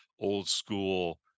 old-school